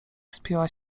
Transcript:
wspięła